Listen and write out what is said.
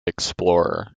explorer